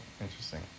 interesting